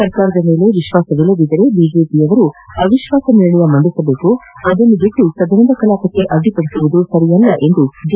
ಸರ್ಕಾರದ ಮೇಲೆ ವಿಶ್ವಾಸವಿಲ್ಲದಿದ್ದರೆ ಬಿಜೆಪಿಯವರು ಅವಿಶ್ವಾಸ ನಿರ್ಣಯ ಮಂಡಿಸಲಿ ಅದನ್ನು ಬಿಟ್ಟು ಸದನದ ಕಲಾಪಕ್ಕೆ ಅಡ್ಡಿಪಡಿಸುವುದು ಸರಿಯಲ್ಲ ಎಂದು ಜಿ